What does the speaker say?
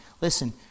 listen